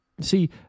See